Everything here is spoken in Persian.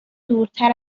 دورتر